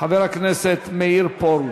חבר הכנסת מאיר פרוש.